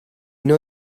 know